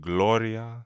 Gloria